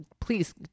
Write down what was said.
Please